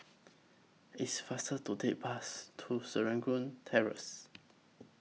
It's faster to Take Bus to Serangoon Terrace